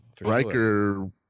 Riker